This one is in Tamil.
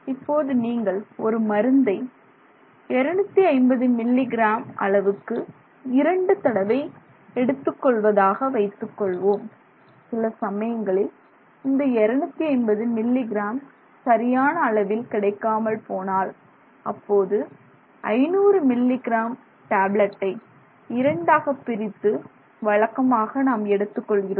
இப்போது நீங்கள் ஒரு மருந்து மருந்தை 250 மில்லி கிராம் அளவுக்கு இரண்டு தடவை எடுத்துக்கொள்வதாக வைத்துக்கொள்வோம் சில சமயங்களில் இந்த 250 மில்லி கிராம் சரியான அளவில் கிடைக்காமல் போனால் அப்போது 500 மில்லி கிராம் டேப்லட்டை இரண்டாக பிரித்து வழக்கமாக நாம் எடுத்துக் கொள்கிறோம்